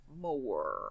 more